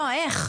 לא, איך?